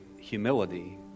humility